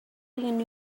building